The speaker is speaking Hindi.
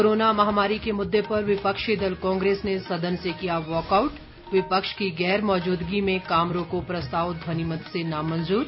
कोरोना महामारी के मुद्दे पर विपक्षी दल कांग्रेस ने सदन से किया वाकआउट विपक्ष की गैर मौजूदगी में काम रोको प्रस्ताव ध्वनिमत से नामंजूर